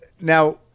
now